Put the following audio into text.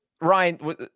Ryan